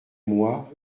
moi